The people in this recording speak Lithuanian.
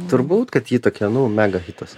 turbūt kad ji tokia nu mega hitas